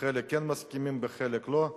בחלק כן מסכימים, בחלק לא.